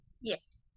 yes